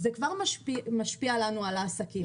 זה כבר משפיע לנו על העסקים,